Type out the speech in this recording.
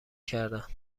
کردن